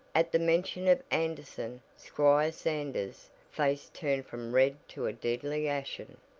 at the mention of anderson, squire sanders' face turned from red to a deadly ashen.